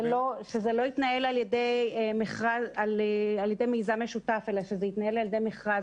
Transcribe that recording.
שזה לא יתנהל על ידי מיזם משותף אלא שזה יתנהל על ידי מכרז,